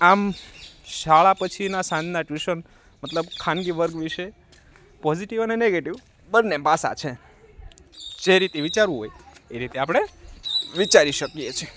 આમ શાળા પછીના સાંજના ટ્યુશન મતલબ ખાનગી વર્ગ વિશે પોઝિટિવ અને નેગેટિવ બંને પાસા છે જે રીતે વિચારવું હોય એ રીતે આપણે વિચારી શકીએ છીએ